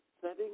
setting